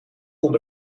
kon